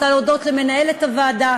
אני רוצה להודות למנהלת הוועדה,